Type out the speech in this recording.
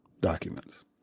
documents